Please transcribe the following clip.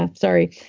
ah sorry.